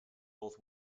both